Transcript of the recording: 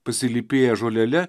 pasilypėja žolele